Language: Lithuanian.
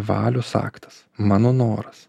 valios aktas mano noras